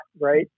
right